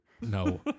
no